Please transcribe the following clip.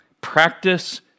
practice